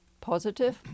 positive